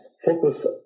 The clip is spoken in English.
Focus